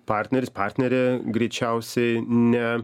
partneris partnerė greičiausiai ne